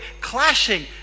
clashing